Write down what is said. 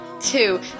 two